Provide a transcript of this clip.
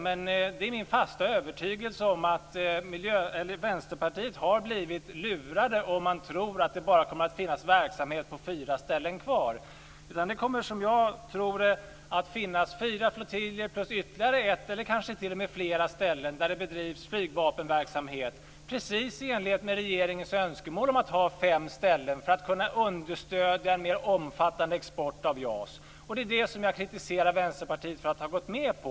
Men det är min fasta övertygelse att man i Vänsterpartiet har blivit lurade om man tror att det bara kommer att finnas kvar verksamhet på fyra ställen. Det kommer, som jag tror, att finnas fyra flottiljer samt ytterligare ett eller kanske t.o.m. flera ställen där det bedrivs flygvapenverksamhet, precis i enlighet med regeringens önskemål om att ha fem ställen för att kunna understödja en mer omfattande export av JAS. Det är det jag kritiserar Vänsterpartiet för att ha gått med på.